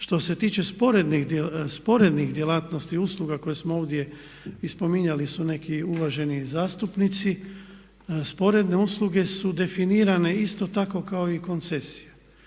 Što se tiče sporednih djelatnosti i usluga koje smo ovdje i spominjali su neki uvaženi zastupnici, sporedne usluge su definirane isto tako kako i koncesije.